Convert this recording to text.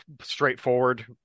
straightforward